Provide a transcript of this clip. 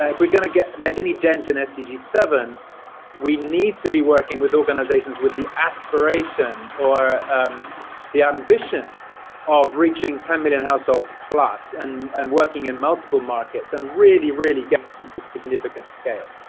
if we're going to make any dent in s d g seven we need to be working with organizations with the aspiration or the ambition of reaching ten million households plus and and working in multiple markets and really, really getting into significant scale.